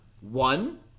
one